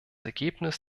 ergebnis